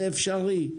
זה אפשרי.